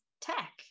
tech